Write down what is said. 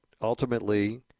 ultimately